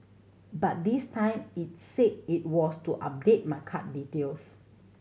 but this time its said it was to update my card details